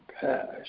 past